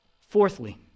Fourthly